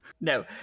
No